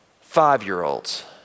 five-year-olds